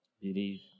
believe